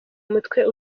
umutwe